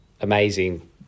amazing